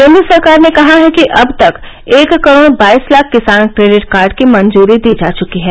केन्द्र सरकार ने कहा है कि अब तक एक करोड़ बाईस लाख किसान क्रेडिट कार्ड की मंजूरी दी जा चुकी है